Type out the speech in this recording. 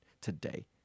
today